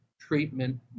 treatment